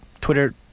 Twitter